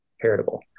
heritable